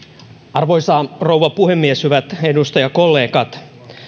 arvoisa rouva puhemies hyvät edustajakollegat